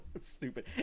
stupid